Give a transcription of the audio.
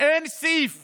אין סעיף